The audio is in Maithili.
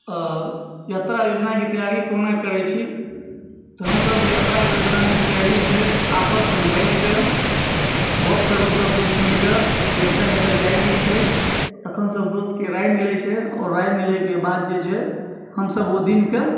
यात्रा योजनाके तैयारी कोना करै छी तऽ हमसब यात्राके योजनाके तैयारी जे छै आपसमे बैठके गप करलहुँ सब दोस्त मिलकऽ जे एतै नहि जाइके छै तखन सब दोस्तके राय मिलै छै आओर राय मिलय के बाद जे छै हमसब ओ दिन के